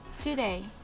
Today